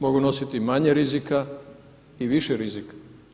Mogu nositi manje rizika i više rizika.